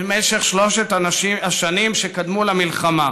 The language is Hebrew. במשך שלוש השנים שקדמו למלחמה